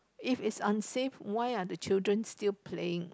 if is unsafe why are the children still playing